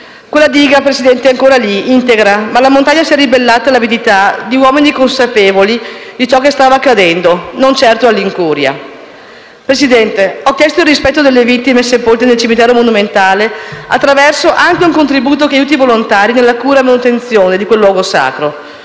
Quella diga, Presidente, è ancora lì, integra, ma la montagna si è ribellata all'avidità di uomini consapevoli di ciò che stava accadendo, e non certo all'incuria. Presidente, ho chiesto il rispetto delle vittime sepolte nel Cimitero monumentale attraverso un contributo che aiuti i volontari nella cura e manutenzione di quel luogo sacro.